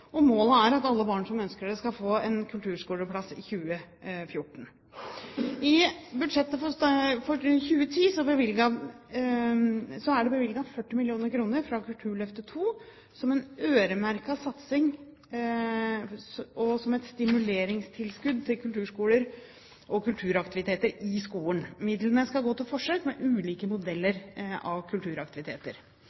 Målet er at alle barn som ønsker det, skal få en kulturskoleplass i 2014. I budsjettet for 2010 er det bevilget 40 mill. kr fra Kulturløftet II som et øremerket statlig stimuleringstilskudd til kulturskoler/kulturaktiviteter i skolen. Midlene skal gå til forsøk med ulike modeller